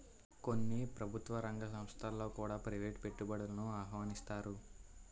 కొన్ని ప్రభుత్వ రంగ సంస్థలలో కూడా ప్రైవేటు పెట్టుబడులను ఆహ్వానిస్తన్నారు